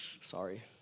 Sorry